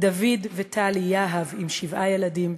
דוד וטלי יהב עם שבעה ילדים,